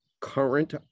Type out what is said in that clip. current